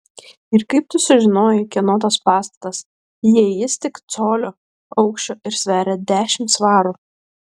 ir kaip tu sužinojai kieno tas pastatas jei jis tik colio aukščio ir sveria dešimt svarų